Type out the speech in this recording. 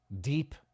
deep